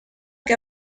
que